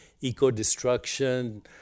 eco-destruction